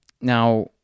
Now